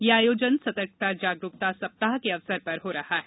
यह आयोजन सतर्कता जागरूकता सप्ताह के अवसर पर हो रहा है